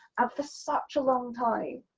ah for such a long time,